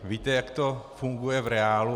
Víte, jak to funguje v reálu?